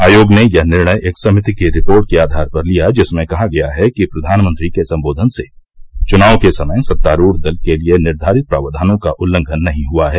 आयोग ने यह निर्णय एक समिति की रिपोर्ट के आधार पर लिया जिसमें कहा गया है कि प्रधानमंत्री के संबोधन से चुनाव के समय सत्तारुढ़ दल के लिए निर्धारित प्रावधानों का उल्लंघन नहीं हुआ है